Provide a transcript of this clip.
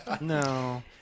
No